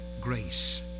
grace